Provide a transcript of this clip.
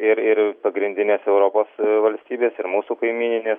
ir ir pagrindinės europos valstybės ir mūsų kaimyninės